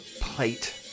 plate